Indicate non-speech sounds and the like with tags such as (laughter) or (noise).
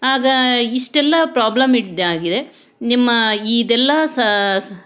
ಆಗ ಇಷ್ಟೆಲ್ಲ ಪ್ರಾಬ್ಲಮ್ (unintelligible) ಆಗಿದೆ ನಿಮ್ಮ ಇದೆಲ್ಲ ಸ